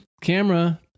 camera